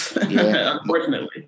unfortunately